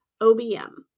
OBM